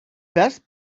best